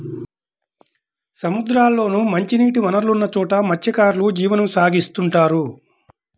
సముద్రాల్లోనూ, మంచినీటి వనరులున్న చోట మత్స్యకారులు జీవనం సాగిత్తుంటారు